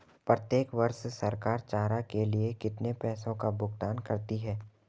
प्रत्येक वर्ष सरकार चारा के लिए कितने पैसों का भुगतान करती है?